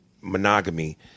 monogamy